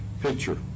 picture